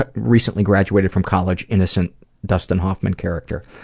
ah recently graduated from college, innocent dustin hoffman character.